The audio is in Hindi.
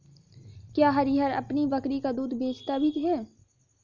क्या हरिहर अपनी बकरी का दूध बेचता भी है?